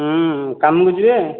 କାମକୁ ଯିବେ